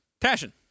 Passion